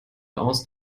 aus